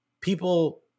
people